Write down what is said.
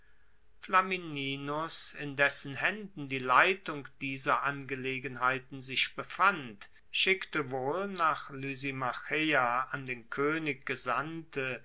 flamininus in dessen haenden die leitung dieser angelegenheiten sich befand schickte wohl nach lysimacheia an den koenig gesandte